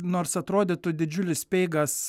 nors atrodytų didžiulis speigas